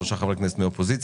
שלושה חברי כנסת מהאופוזיציה.